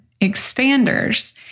expanders